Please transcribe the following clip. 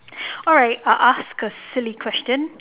alright I'll ask a silly question